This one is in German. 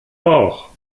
auch